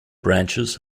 branches